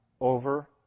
over